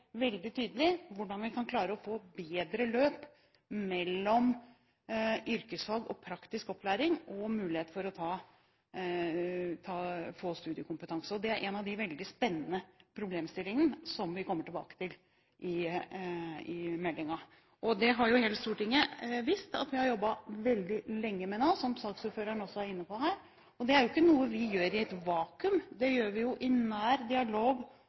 veldig tydelig på hvordan vi kan klare å få et bedre løp mellom yrkesfag/praktisk opplæring og det å få studiekompetanse. Dette er en av de veldig spennende problemstillingene som vi kommer tilbake til i meldingen. Hele Stortinget vet at vi har jobbet veldig lenge med dette – som også saksordføreren var inne på. Men det er ikke noe vi gjør i et vakuum, vi gjør det i nær dialog